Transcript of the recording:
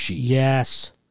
Yes